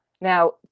Now